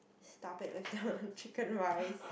stop it with the chicken rice